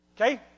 Okay